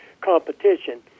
competition